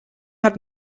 hat